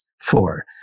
Four